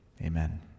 Amen